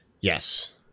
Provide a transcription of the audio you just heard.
Yes